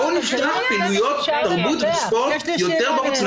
בואו נפתח פעילויות תרבות וספורט יותר בחוץ,